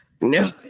no